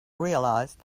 realized